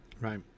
right